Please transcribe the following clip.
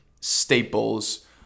staples